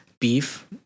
beef